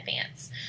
advance